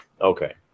Okay